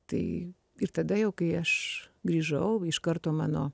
tai ir tada jau kai aš grįžau iš karto mano